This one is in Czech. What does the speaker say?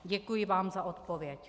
Děkuji vám za odpovědi.